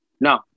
No